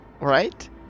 Right